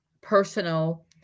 personal